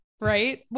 Right